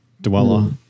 dweller